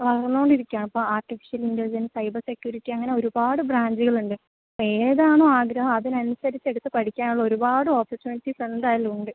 വളർന്നോണ്ടിരിക്കുവാണ് അപ്പൊൾ artificial intelligence cyber security അങ്ങനെ ഒരുപാട് ബ്രാഞ്ചുകളുണ്ട് ഏതാണോ ആഗ്രഹം അതിനനുസരിച്ച് എടുത്ത് പഠിക്കാനുള്ള ഒരുപാട് ഓപ്പർച്യൂണിറ്റീസ് എന്തായാലുമുണ്ട്